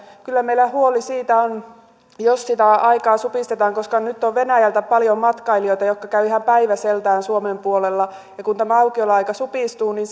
kyllä meillä huoli siitä on jos sitä aikaa supistetaan koska nyt on venäjältä paljon matkailijoita jotka käyvät ihan päiväseltään suomen puolella ja kun tämä aukioloaika supistuu niin